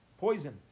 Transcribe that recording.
poison